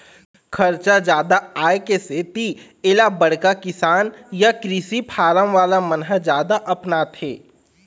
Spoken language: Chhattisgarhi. खरचा जादा आए के सेती एला बड़का किसान य कृषि फारम वाला मन ह जादा अपनाथे